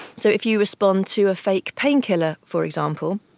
so if you respond to a fake painkiller, for example,